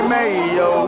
Mayo